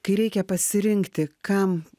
kai reikia pasirinkti kam